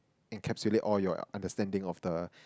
encapsulate all your understanding of the